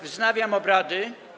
Wznawiam obrady.